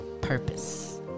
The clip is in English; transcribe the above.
purpose